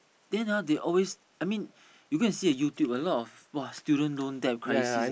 then ah they always I mean you go and see the YouTube a lot of !wah! student loan debt crisis